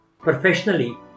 professionally